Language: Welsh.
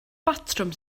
batrwm